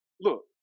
look